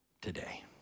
today